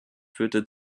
führte